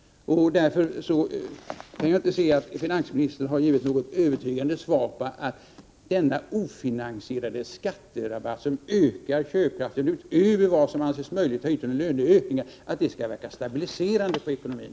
Därför kan jag inte se att finansministern har gett någon övertygande förklaring på hur denna ofinansierade skatterabatt, som ökar köpkraften utöver vad som anses möjligt att ta ut i form av löneökningar, skall kunna verka stabiliserande på ekonomin.